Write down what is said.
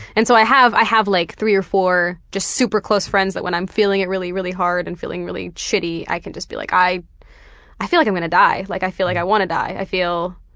and so i have i have like three or four super-close friends that when i'm feeling it really really hard and feeling really shitty, i can just be like i i feel like i'm gonna die. like i feel like i wanna die. i feel